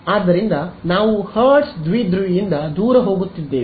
ಆದ್ದರಿಂದ ನಾವು ಹರ್ಟ್ಜ್ ದ್ವಿಧ್ರುವಿಯಿಂದ ದೂರ ಹೋಗುತ್ತಿದ್ದೇವೆ